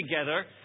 together